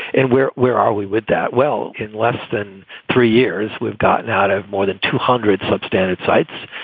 and where where are we with that? well, in less than three years, we've gotten out of more than two hundred substandard sites.